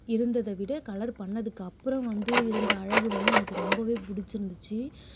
இருந்ததை விட கலர் பண்ணதுக்கு அப்புறம் வந்து இருந்த அழகு வந்து எனக்கு ரொம்பவே பிடிச்சிருந்திச்சி